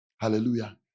Hallelujah